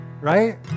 right